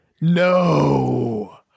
No